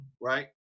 right